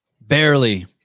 Barely